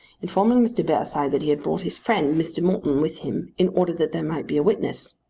informing mr. bearside that he had brought his friend, mr. morton, with him in order that there might be a witness.